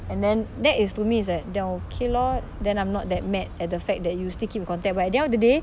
and then that is to me is like then okay lor then I'm not that mad at the fact that you still keep in contact but at the end of the day